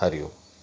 हरिओम